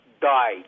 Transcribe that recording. died